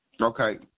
Okay